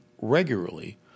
regularly